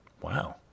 Wow